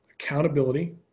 Accountability